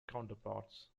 counterparts